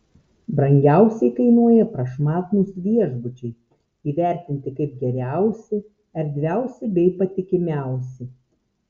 brangiausiai kainuoja prašmatnūs viešbučiai įvertinti kaip geriausi erdviausi bei patikimiausi